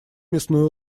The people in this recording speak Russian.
мясную